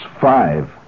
five